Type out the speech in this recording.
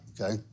okay